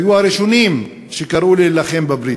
היו הראשונים שקראו להילחם בבריטים.